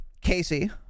Casey